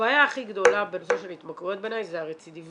הבעיה הכי גדולה בנושא של התמכרויות בעיניי זה הרצידיביזיות.